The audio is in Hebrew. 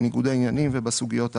בניגודי עניינים ובסוגיות הללו.